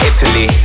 Italy